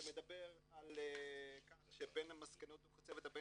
שמדבר על כך שבין מסקנות דו"ח הצוות הבין